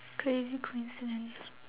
crazy coincidence